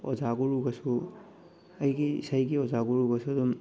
ꯑꯣꯖꯥ ꯒꯨꯔꯨꯒꯁꯨ ꯑꯩꯒꯤ ꯏꯁꯩꯒꯤ ꯑꯣꯖꯥ ꯒꯨꯔꯨꯒꯁꯨ ꯑꯗꯨꯝ